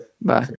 Bye